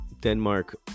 denmark